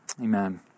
Amen